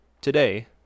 Today